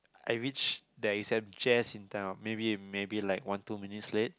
I reached the exam just in time maybe maybe like one two minutes late